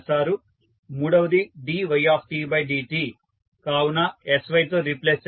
మూడవది dytdt కావున Syతో రీప్లేస్ చేస్తారు